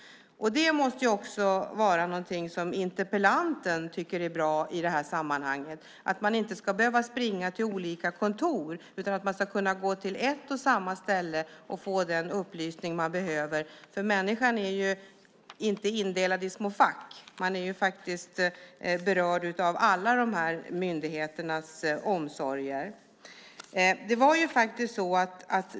Det måste också vara någonting som interpellanten tycker är bra i det här sammanhanget, nämligen att man inte ska behöva springa till olika kontor, utan att man ska kunna gå till ett och samma ställe och få de upplysningar man behöver. Människan är ju inte indelad i små fack. Man är ju berörd av alla de här myndigheternas omsorger.